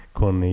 con